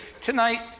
tonight